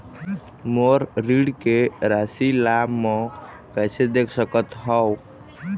मोर ऋण के राशि ला म कैसे देख सकत हव?